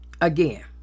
again